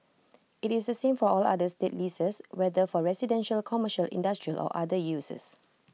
IT is the same for all other state leases whether for residential commercial industrial or other uses